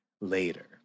later